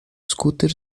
scooter